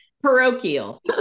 Parochial